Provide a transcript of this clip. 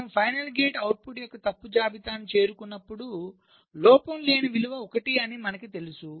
మనము final gate output యొక్క తప్పు జాబితాకు చేరుకున్నప్పుడు లోపం లేని విలువ 1 అని మనకు తెలుసు